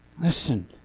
Listen